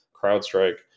CrowdStrike